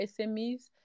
SMEs